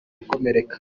gukomereka